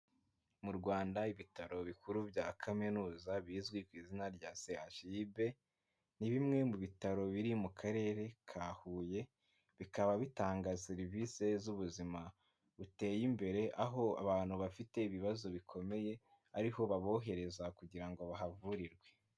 Mu Rwanda ibitaro bikuru bya kaminuza bizwi ku izina rya CHUB, ni bimwe mu bitaro biri mu Karere ka Huye, bikaba bitanga serivisi z'ubuzima buteye imbere, aho abantu bafite ibibazo bikomeye ari ho babohereza kugira ngo bahavurirwe.